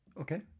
Okay